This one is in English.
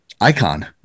icon